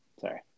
sorry